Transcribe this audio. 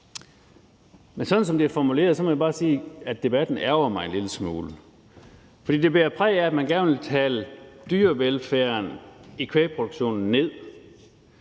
Men sådan som det er formuleret, må jeg bare sige, at debatten ærgrer mig en lille smule, for det bærer præg af, at man gerne vil tale dyrevelfærden i kvægproduktionen ned.